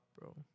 bro